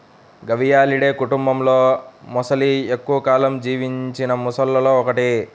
గవియాలిడే కుటుంబంలోమొసలి ఎక్కువ కాలం జీవించిన మొసళ్లలో ఒకటి